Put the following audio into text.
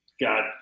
God